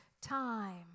time